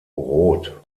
rot